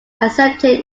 accepted